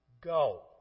go